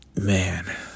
man